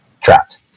trapped